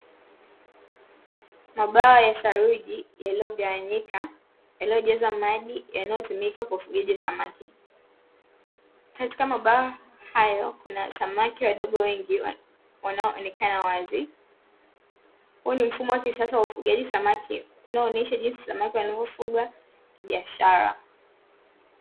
Mabwawa ya saruji yaliyogawanyika, yaliyojazwa maji yanayotumika kwa ufugaji wa samaki, katika mabwawa hayo kuna samaki wadogo wengi wanaoonekana wazi. Huu ni mfumo wa kisasa wa ufugaji wa samaki unaoonesha jinsi samaki wanavyofugwa kibiashara.